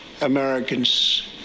Americans